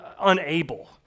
unable